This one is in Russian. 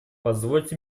позвольте